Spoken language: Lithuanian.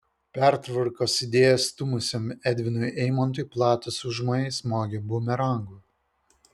pertvarkos idėją stūmusiam edvinui eimontui platūs užmojai smogė bumerangu